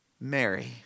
Mary